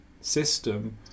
system